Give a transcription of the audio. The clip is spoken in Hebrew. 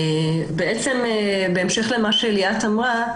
בעצם בהמשך למה שליאת אמרה,